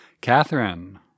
Catherine